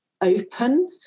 open